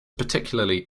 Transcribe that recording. particularly